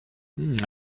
elles